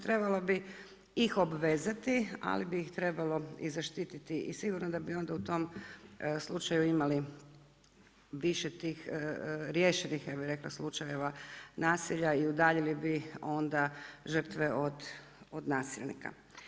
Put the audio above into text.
Trebalo bi ih obvezati, ali bi ih trebalo i zaštiti i sigurno da bi onda u tom slučaju imali više tih riješenih, ja bi rekla slučajeva nasilja i udaljili bi onda žrtve od nasilnika.